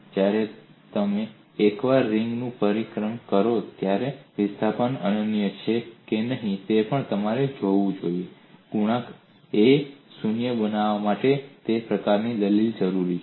જ્યારે તમે એકવાર રિંગની પરિક્રમા કરો ત્યારે વિસ્થાપન અનન્ય છે કે નહીં તે પણ તમારે જોવું જોઈએ ગુણાંક A શૂન્ય બનાવવા માટે તે પ્રકારની દલીલ જરૂરી છે